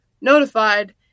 notified